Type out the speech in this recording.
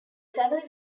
family